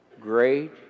Great